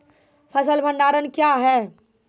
फसल भंडारण क्या हैं?